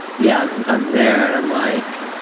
yeah, i'm i'm there and i'm like.